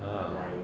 !huh!